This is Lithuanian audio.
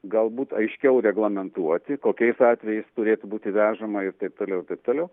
galbūt aiškiau reglamentuoti kokiais atvejais turėtų būti vežama ir taip toliau taip toliau